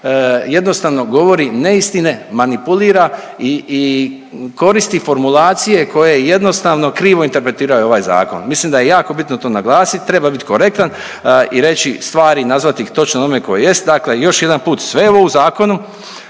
jednostavno govori neistine, manipulira i, i koristi formulacije koje jednostavno krivo interpretiraju ovaj zakon. Mislim da je jako bitno to naglasit, treba bit korektan i reći stvari, nazvati ih točno onako kako jest. Dakle još jedanput, sve je ovo u zakonu,